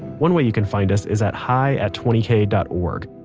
one way you can find us is at hi at twenty k dot org.